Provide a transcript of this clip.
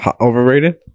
Overrated